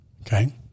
Okay